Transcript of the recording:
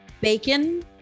Bacon